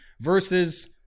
versus